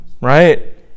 right